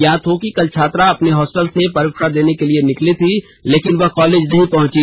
ज्ञात हो कि कल छात्रा अपने हॉस्टल से एग्जाम देने के लिए निकली थी लेकिन वह कॉलेज नहीं पहंची